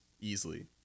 Easily